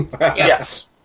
Yes